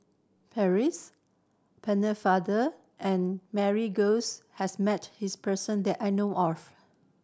Percy Pennefather and Mary Gomes has met this person that I know of